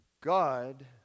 God